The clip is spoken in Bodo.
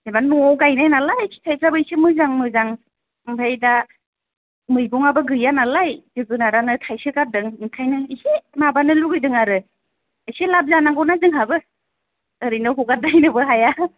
जेन'बा न'आव गाइनाय नालाय फिथायफोरा एसे मोजां मोजां आमफ्राय दा मैगंआबो गैया नालाय जोगोनारानो थाइसे गारदों ओंखायनो एसे माबानो लुबैदों आरो एसे लाब जानांगौना जोंहाबो ओरैनो हगारद्रायनोबो हाया